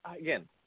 again